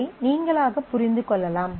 இதை நீங்களாகப் புரிந்து கொள்ளலாம்